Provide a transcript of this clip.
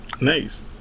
Nice